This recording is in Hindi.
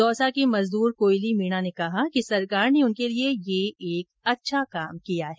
दौसा की मजदूर कोयली मीणा ने कहा कि सरकार ने उनके लिए यह एक अच्छा काम किया है